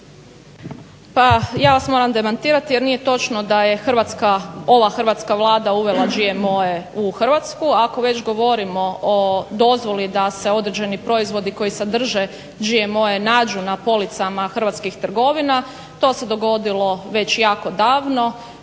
Pa ja vas moram demantirati jer nije točno da je hrvatska, ova hrvatska Vlada uvela GMO-e u Hrvatsku ako već govorimo o dozvoli da se određeni proizvodi koji sadrže GMO-e nađu na policama hrvatskih trgovina to se dogodilo već jako davno